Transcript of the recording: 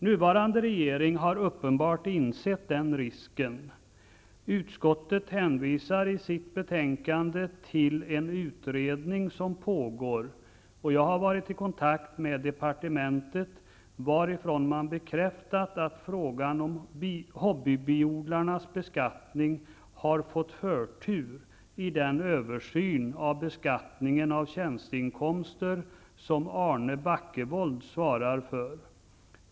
Nuvarande regering har uppenbarligen insett den risken. Utskottet hänvisar i sitt betänkande till en utredning som pågår. Jag har varit i kontakt med departementet, varifrån man bekräftat att frågan om hobbybiodlarnas beskattning har fått förtur i den översyn av beskattning av tjänsteinkomster som Arne Backewold svarar för.